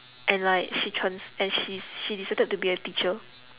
and like she trans~ and she's she decided to be a teacher